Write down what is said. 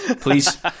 Please